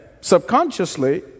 Subconsciously